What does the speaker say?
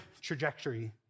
trajectory